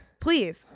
please